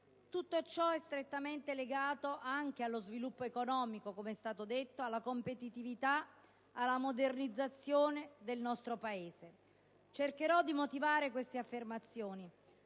Tutto ciò è strettamente legato anche allo sviluppo economico, com'è stato detto, alla competitività e alla modernizzazione del nostro Paese. Cercherò di motivare queste affermazioni.